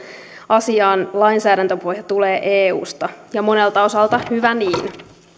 asiaan lainsäädäntöpohja tulee eusta ja monelta osalta hyvä niin